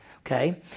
Okay